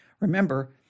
Remember